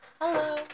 Hello